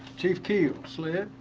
chief keel.